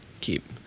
keep